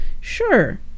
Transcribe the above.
Sure